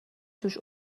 توش